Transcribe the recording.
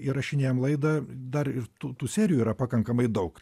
įrašinėjam laidą dar ir tų serijų yra pakankamai daug